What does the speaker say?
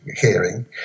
hearing